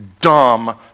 dumb